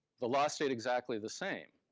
the law stayed exactly the same.